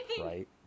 right